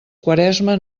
quaresma